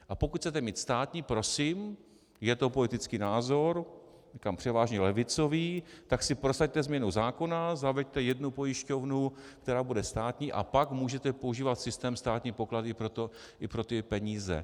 A pokud chcete mít státní, prosím, je to politický názor, říkám převážně levicový, tak si prosaďte změnu zákona, zaveďte jednu pojišťovnu, která bude státní, a pak můžete používat systém státní pokladny i pro ty peníze.